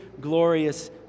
glorious